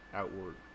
outward